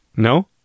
No